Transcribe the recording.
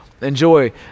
enjoy